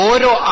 Oro